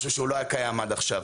משהו שהוא לא היה קיים עד עכשיו.